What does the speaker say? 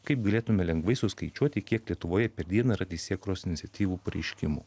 kaip galėtume lengvai suskaičiuoti kiek lietuvoje per dieną yra teisėkūros iniciatyvų pareiškimų